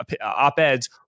op-eds